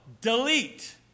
Delete